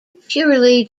purely